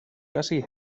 hasi